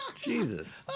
Jesus